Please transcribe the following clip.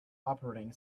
operating